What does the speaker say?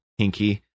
hinky